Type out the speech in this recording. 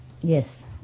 Yes